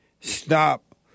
stop